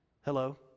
Hello